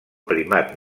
primat